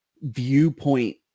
viewpoint